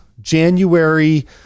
January